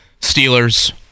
Steelers